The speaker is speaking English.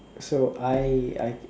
so I I